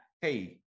hey